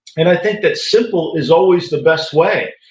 and i think that simple is always the best way,